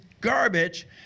garbage